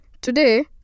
Today